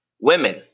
women